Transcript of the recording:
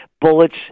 bullets